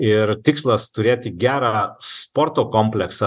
ir tikslas turėti gerą sporto kompleksą